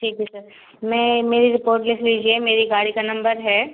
ठीक है सर मैं मेरी रिपोर्ट लिख लीजिए मेरी गाड़ी का नंबर है